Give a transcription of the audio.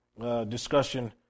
discussion